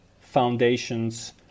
foundations